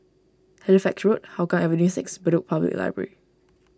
Halifax Road Hougang Avenue six Bedok Public Library